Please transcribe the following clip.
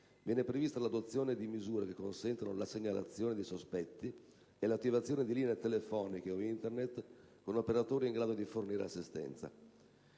Viene prevista l'adozione di misure che consentano la segnalazione di sospetti e l'attivazione di linee telefoniche o Internet con operatori in grado di fornire assistenza.